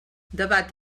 debat